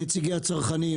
נציגי הצרכנים,